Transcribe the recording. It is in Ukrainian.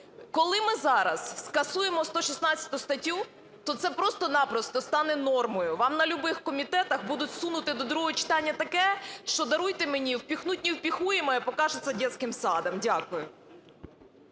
Коли ми зараз скасуємо 116 статтю, то це просто-напросто стане нормою, вам на любих комітетах будуть сунути до другого читання таке, що, даруйте мені, "впихнуть невпихуемое" покажется детским садом. Дякую.